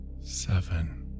Seven